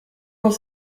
dans